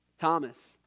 Thomas